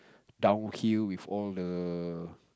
downhill with all the